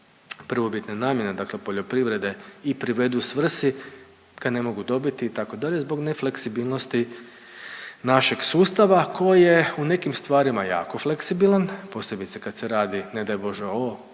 prvobitne namjene, dakle poljoprivrede i privedu svrsi ga ne mogu dobiti itd. zbog nefleksibilnosti našeg sustava koje u nekim stvarima jako fleksibilan posebice kad se radi ne daj bože o